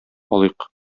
алыйк